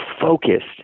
focused